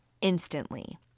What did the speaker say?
instantly